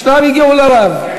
שניים הגיעו לרב,